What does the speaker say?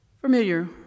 Familiar